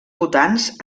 votants